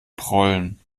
prollen